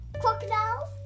Crocodiles